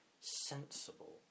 sensible